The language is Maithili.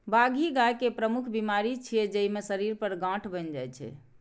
बाघी गाय के प्रमुख बीमारी छियै, जइमे शरीर पर गांठ बनि जाइ छै